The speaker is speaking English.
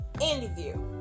interview